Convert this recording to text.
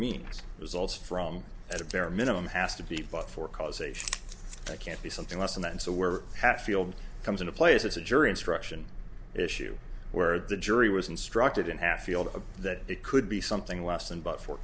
mean results from as a pair or minimum has to be fought for causation i can't be something less than that and so we're hatfield comes into play is this a jury instruction issue where the jury was instructed in half feel that they could be something less than but for